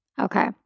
Okay